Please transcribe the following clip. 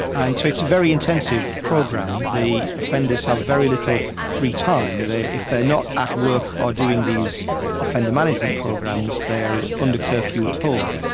and so it's a very intensive program. the offenders have very little free time. if they're not at work or doing these offender management programs they're under curfew at home.